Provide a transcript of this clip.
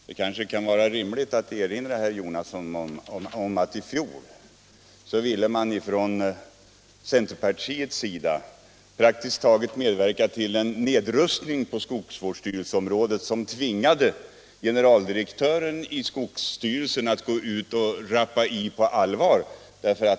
Det kan kanske vara rimligt att erinra herr Jonasson om att i fjol ville man från centerpartiets sida medverka till en nedrustning på skogsvårdsstyrelseområdet, vilket tvingade generaldirektören i skogsstyrelsen att gå ut och säga ifrån på allvar.